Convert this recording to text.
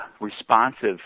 responsive